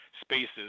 spaces